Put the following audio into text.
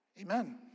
Amen